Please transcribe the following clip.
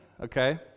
okay